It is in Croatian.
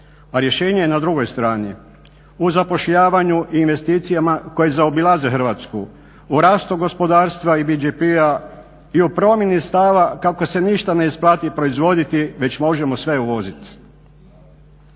a rješenje je na drugoj strani u zapošljavanju i investicijama koje zaobilaze Hrvatsku, u rastu gospodarstva i BDP-a, i u promjeni stava kako se ništa ne isplati proizvoditi već možemo sve uvozit.